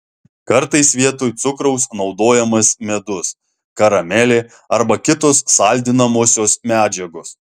kartais vietoj cukraus naudojamas medus karamelė arba kitos saldinamosios medžiagos